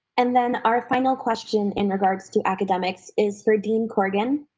and then our final question in regards to academics is for dean korgan.